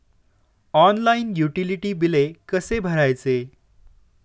Online utility बिले कसे भरायचे?